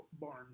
Barn